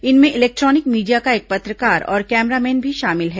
इनमें electronic media का एक पत्रकार और कैमरामैन भी शामिल है